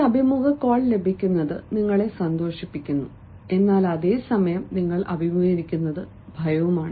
ഒരു അഭിമുഖ കോൾ ലഭിക്കുന്നത് നിങ്ങളെ സന്തോഷിപ്പിക്കുന്നു എന്നാൽ അതേ സമയം നിങ്ങൾ അഭിമുഖീകരിക്കുന്നു ഭയം